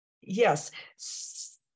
yes